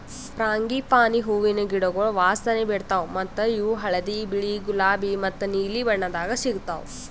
frangipani ಹೂವಿನ ಗಿಡಗೊಳ್ ವಾಸನೆ ಬಿಡ್ತಾವ್ ಮತ್ತ ಇವು ಹಳದಿ, ಬಿಳಿ, ಗುಲಾಬಿ ಮತ್ತ ನೀಲಿ ಬಣ್ಣದಾಗ್ ಸಿಗತಾವ್